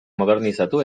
modernizatu